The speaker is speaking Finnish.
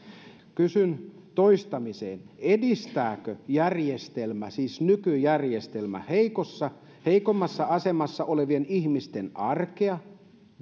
kysyn toistamiseen edistääkö järjestelmä siis nykyjärjestelmä heikommassa heikommassa asemassa olevien ihmisten arkea